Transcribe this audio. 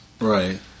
right